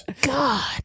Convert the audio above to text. God